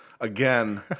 again